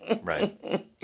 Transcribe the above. right